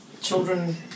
children